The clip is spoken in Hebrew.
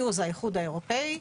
EU זה האיחוד האירופאי,